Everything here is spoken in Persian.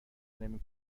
نمی